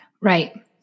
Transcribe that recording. right